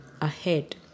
ahead